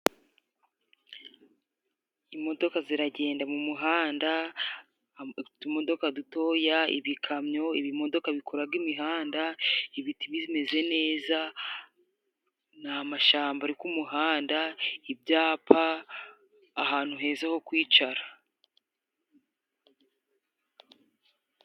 Imodoka ziragenda mu muhanda，utumodoka dutoya ，ibikamyo， ibimodoka bikoraga imihanda， ibiti zimeze neza ni amashyamba ari ku muhanda，ibyapa ahantu heza ho kwicara.